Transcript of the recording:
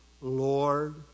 Lord